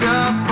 up